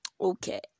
Okay